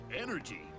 energy